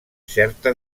certa